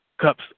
cups